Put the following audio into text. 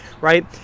right